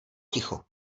ticho